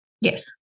Yes